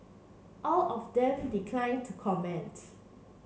all of them declined to comment